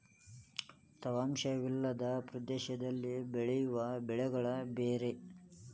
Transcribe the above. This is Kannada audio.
ತೇವಾಂಶ ವಿಲ್ಲದ ಪ್ರದೇಶದಲ್ಲಿ ಬೆಳೆಯುವ ಬೆಳೆಗಳೆ ಬೇರೆ